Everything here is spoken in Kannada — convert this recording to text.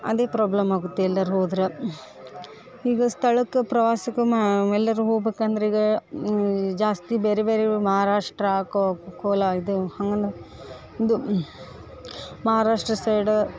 ಅದೇ ಪ್ರಾಬ್ಲಮ್ ಆಗುತ್ತೆ ಎಲ್ಲಾರೂ ಹೋದ್ರೆ ಈಗ ಸ್ಥಳಕ್ಕೆ ಪ್ರವಾಸಕ್ಕೆ ಮಾ ಎಲ್ಲಾರೂ ಹೋಬೇಕಂದ್ರೆ ಈಗ ಜಾಸ್ತಿ ಬೇರೆ ಬೇರೆ ಮಹಾರಾಷ್ಟ್ರ ಕೋಲ ಇದು ಹಂಗಂದ್ರೆ ಇದು ಮಹಾರಾಷ್ಟ್ರ ಸೈಡ